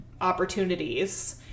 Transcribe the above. opportunities